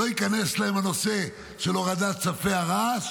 לא ייכנס להם הנושא של הורדת ספי הרעש